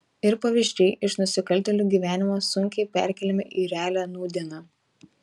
ir pavyzdžiai iš nusikaltėlių gyvenimo sunkiai perkeliami į realią nūdieną